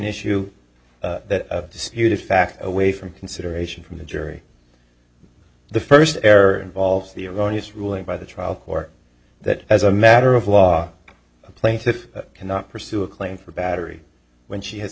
issue that disputed fact away from consideration from the jury the first error involves the erroneous ruling by the trial court that as a matter of law a plaintiff cannot pursue a claim for battery when she has